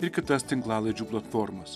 ir kitas tinklalaidžių platformas